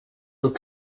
aux